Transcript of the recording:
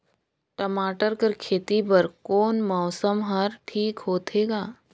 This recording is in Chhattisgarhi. टमाटर कर खेती बर कोन मौसम हर ठीक होथे ग?